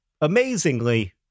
Amazingly